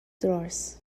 drawers